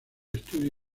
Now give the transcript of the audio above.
estudio